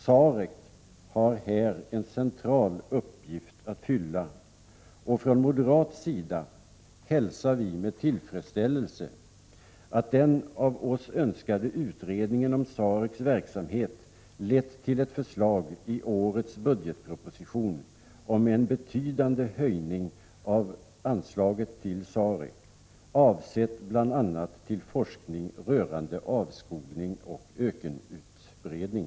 SAREC har här en central uppgift att fylla. Vi moderater hälsar med tillfredsställelse att den av oss önskade utredningen om SAREC:s verksamhet lett till ett förslag i årets budgetproposition om en betydande höjning av dess anslag, avsett bl.a. till forskning rörande avskogning och ökenutbredning.